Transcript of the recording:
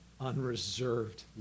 unreserved